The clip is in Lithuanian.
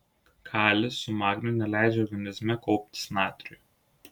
kalis su magniu neleidžia organizme kauptis natriui